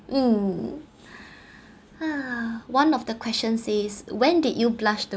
mm ha one of the question says when did you blush the